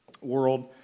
world